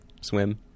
swim